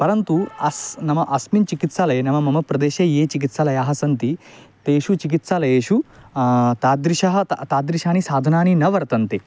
परन्तु अस् नाम अस्मिन् चिकित्सालये नाम मम प्रदेशे ये चिकित्सालयाः सन्ति तेषु चिकित्सालयेषु तादृशः तादृशानि साधनानि न वर्तन्ते